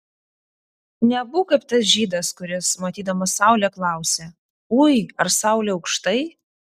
nebūk kaip tas žydas kuris matydamas saulę klausia ui ar saulė aukštai